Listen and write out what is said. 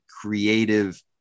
creative